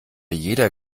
jeder